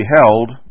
held